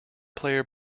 player